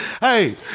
Hey